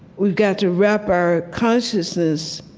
we've got to wrap our consciousness